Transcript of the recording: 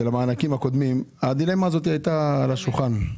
של המענקים הקודמים, הדילמה הזאת הייתה על השולחן.